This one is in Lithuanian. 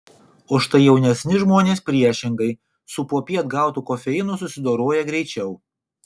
o štai jaunesni žmonės priešingai su popiet gautu kofeinu susidoroja greičiau